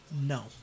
No